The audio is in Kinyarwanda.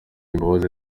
imbabazi